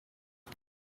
iyi